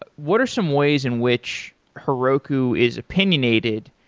but what are some ways in which heroku is opinionated,